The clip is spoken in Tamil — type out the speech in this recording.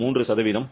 3 பிழை